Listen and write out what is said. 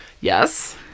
Yes